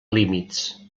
límits